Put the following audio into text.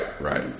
right